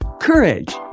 courage